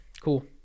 cool